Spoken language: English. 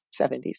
70s